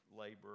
labor